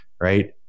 right